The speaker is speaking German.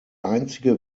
einzige